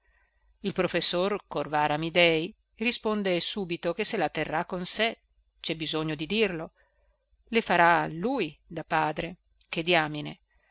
il professor corvara amidei risponde subito che se la terrà con sé cè bisogno di dirlo le farà lui da padre che diamine